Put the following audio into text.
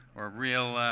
or a real,